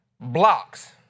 blocks